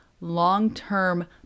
long-term